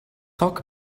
talk